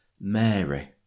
Mary